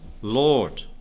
Lord